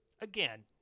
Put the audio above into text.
Again